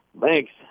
Thanks